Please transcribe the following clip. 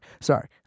sorry